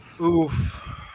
Oof